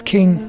King